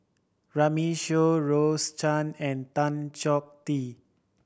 Runme Shaw Rose Chan and Tan Chong Tee